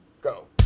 Go